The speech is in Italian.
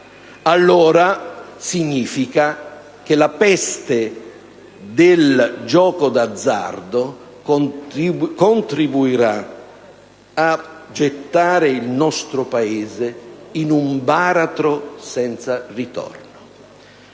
ciò significherebbe che la peste del gioco d'azzardo contribuirà a gettare il nostro Paese in un baratro senza ritorno.